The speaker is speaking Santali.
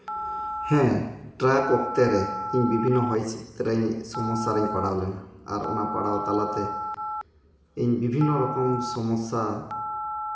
ᱦᱮᱸ ᱴᱨᱮᱠ ᱚᱠᱛᱮ ᱨᱮ ᱤᱧ ᱵᱤᱵᱷᱤᱱᱱᱚ ᱦᱚᱭ ᱦᱤᱸᱥᱤᱫ ᱨᱮ ᱥᱚᱢᱚᱥᱥᱟ ᱨᱮᱧ ᱯᱟᱲᱟᱣ ᱞᱮᱱᱟ ᱟᱨ ᱯᱟᱲᱟᱣ ᱛᱟᱞᱟᱛᱮ ᱤᱧ ᱵᱤᱵᱷᱤᱱᱱᱚ ᱨᱚᱠᱚᱢ ᱥᱚᱢᱚᱥᱥᱟ